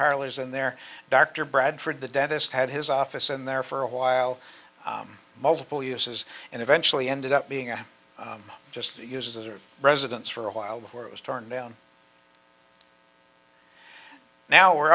parlors and there dr bradford the dentist had his office in there for a while multiple uses and eventually ended up being a just user residence for a while before it was turned down now we're